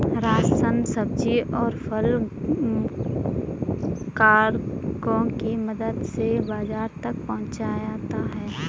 ration, सब्जी, और फल कार्गो की मदद से बाजार तक पहुंचता है